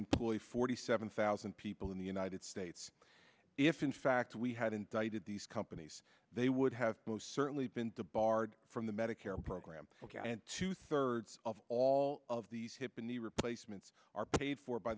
employed forty seven thousand people in the united states if in fact we had indicted these companies they would have most certainly been barred from the medicare program and two thirds of all of these hip knee replacements are paid for by